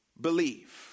believe